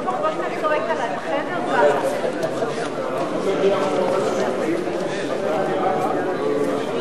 ההסתייגות של חבר הכנסת אורי אריאל לסעיף 1 לא נתקבלה.